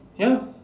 ya